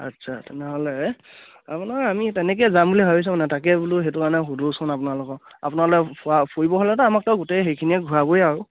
আচ্ছা তেনেহ'লে আপোনাৰ আমি তেনেকৈ যাম বুলি ভাবিছোঁ মানে তাকে বোলো সেইটো কাৰণে সোধোচোন আপোনালোকক আপোনালোকে ফুৰা ফুৰিব হ'লেতো আমাকতো গোটেই সেইখিনিয়ে ঘূৰাবই আৰু